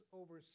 over